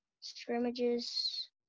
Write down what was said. scrimmages